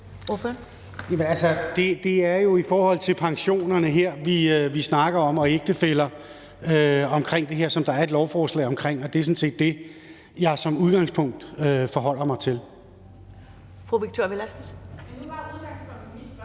Det er jo pensionerne her – og ægtefæller – vi snakker om, og som der er et lovforslag om, og det er sådan set det, jeg som udgangspunkt forholder mig til.